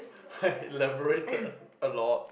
I elaborated a lot